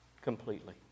completely